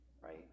right